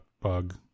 bug